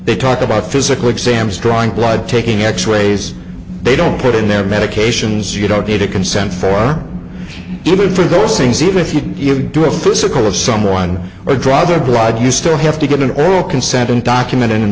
they talk about physical exams drawing blood taking x rays they don't put in their medications you don't need a consent form even for those things even if you do a physical or someone a drug or blood you still have to get an oral consent and documented